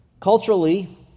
Culturally